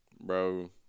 bro